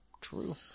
True